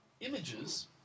images